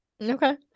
Okay